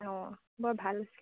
অঁ বৰ ভাল